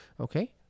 okay